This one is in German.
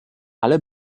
alle